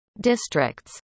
districts